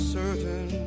certain